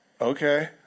okay